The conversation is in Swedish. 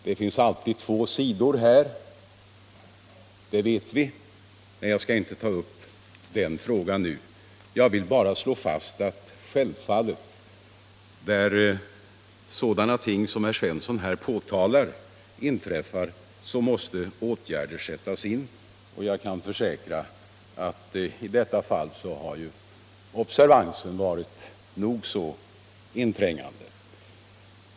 Det finns alltid två sidor i sådana här fall, det vet vi, men jag skall som sagt inte ta upp den frågan. Jag vill bara slå fast att där sådana händelser som herr Svensson här har påtalat inträffar, så måste åtgärder sättas in. Och jag kan försäkra att i detta fall har undersökningarna varit nog så inträngande.